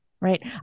right